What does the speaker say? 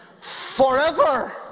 forever